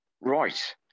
Right